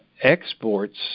exports